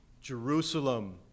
Jerusalem